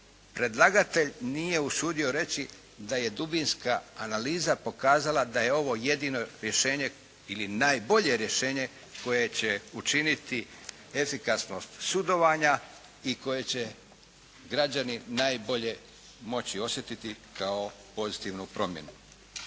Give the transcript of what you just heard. predlagatelj nije usudio reći da je dubinska analiza pokazala da je ovo jedino rješenje ili najbolje rješenje koje će učiniti efikasnost sudovanja i koje će građani najbolje moći osjetiti kao pozitivnu promjenu.